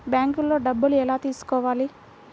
బ్యాంక్లో డబ్బులు ఎలా తీసుకోవాలి?